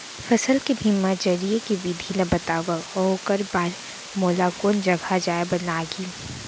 फसल के बीमा जरिए के विधि ला बतावव अऊ ओखर बर मोला कोन जगह जाए बर लागही?